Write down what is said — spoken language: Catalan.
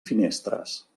finestres